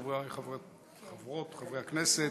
חבריי חברות וחברי הכנסת,